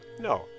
no